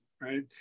right